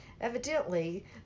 Evidently